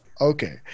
Okay